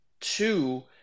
two